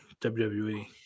WWE